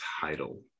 title